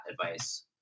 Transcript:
advice